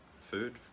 food